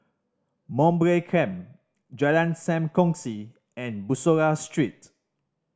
Mowbray Camp Jalan Sam Kongsi and Bussorah Street